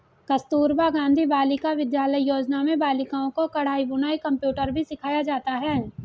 कस्तूरबा गाँधी बालिका विद्यालय योजना में बालिकाओं को कढ़ाई बुनाई कंप्यूटर भी सिखाया जाता है